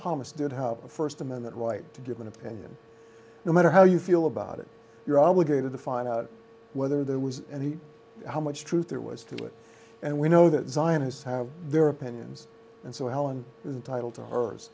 thomas did have a first amendment right to give an opinion no matter how you feel about it you're obligated to find out whether there was and how much truth there was to it and we know that zionists have their opinions and so helen the title to hers